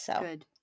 Good